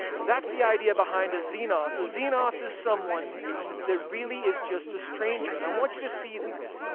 well that's the idea behind a xenos. a xenos is someone that really is just a stranger, and i want you to see this.